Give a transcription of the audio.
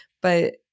But-